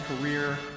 career